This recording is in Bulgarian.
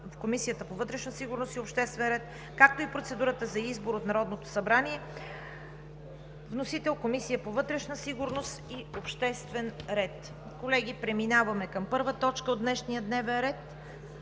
в Комисията по вътрешна сигурност и обществен ред, както и процедурата за избор от Народното събрание. Вносител е Комисията по вътрешна сигурност и обществен ред. Колеги, преминаваме към първа точка от днешния дневен ред: